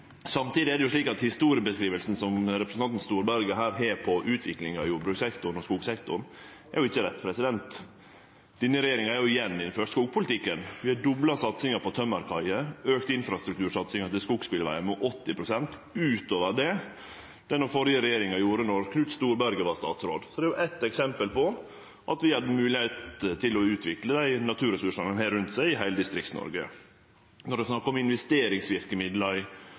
Samtidig er det slik at historiebeskrivinga som representanten Storberget her har på utviklinga i jordbrukssektoren og skogsektoren, ikkje er rett. Denne regjeringa har jo innført skogpolitikken igjen. Vi har dobla satsinga på tømmerkaier, økt infrastruktursatsinga på skogsbilvegar med 80 pst. utover det den førre regjeringa gjorde, då Knut Storberget var statsråd. Så det er eitt eksempel på at vi gjev moglegheit til å utvikle dei naturressursane ein har rundt seg i heile Distrikts-Noreg. Når det er snakk om investeringsverkemiddel i